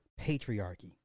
patriarchy